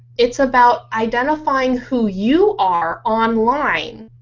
it's about identifying who you are online,